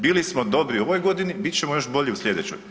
Bili smo dobri u ovoj godini bit ćemo još bolji u slijedećoj.